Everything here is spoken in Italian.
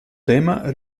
tema